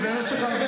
במשך הרבה